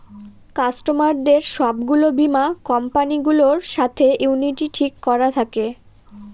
কাস্টমারদের সব গুলো বীমা কোম্পানি গুলোর সাথে ইউনিটি ঠিক করা থাকে